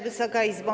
Wysoka Izbo!